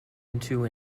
into